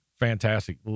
fantastic